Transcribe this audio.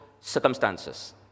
circumstances